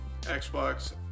Xbox